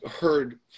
heard